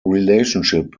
relationship